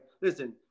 Listen